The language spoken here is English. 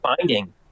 finding